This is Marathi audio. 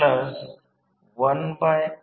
T W म्हणजे दोन वाइंडिंग